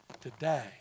today